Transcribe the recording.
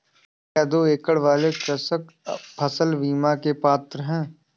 क्या दो एकड़ वाले कृषक फसल बीमा के पात्र हैं?